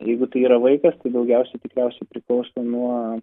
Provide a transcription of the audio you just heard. jeigu tai yra vaikas tai daugiausia tikriausiai priklauso nuo